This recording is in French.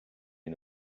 une